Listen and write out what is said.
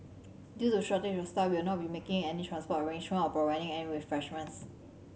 due to shortage of staff we will not be making any transport or providing any refreshments